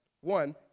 One